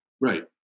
Right